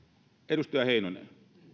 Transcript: edustaja heinonen